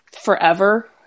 forever